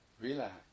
Relax